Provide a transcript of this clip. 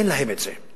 אין להם דבר כזה.